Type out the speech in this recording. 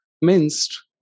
minced